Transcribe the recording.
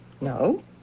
No